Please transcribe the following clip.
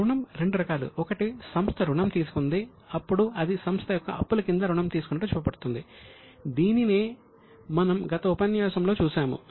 రుణం రెండు రకాలు ఒకటి సంస్థ రుణం తీసుకుంది అప్పుడు అది సంస్థ యొక్క అప్పుల కింద రుణం తీసుకున్నట్లు చూపబడుతుంది దీనినే మనం గత ఉపన్యాసంలో చూసాము